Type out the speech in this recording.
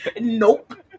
Nope